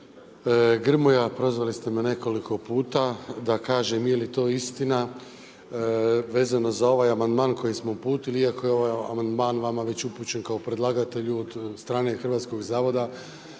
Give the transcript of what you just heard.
Grmoja prozvali ste me nekoliko puta da kažem je li to istina vezano za ovaj amandman koji smo uputili iako je ovaj amandman vama već upućen kao predlagatelju od strane Hrvatskog zavoda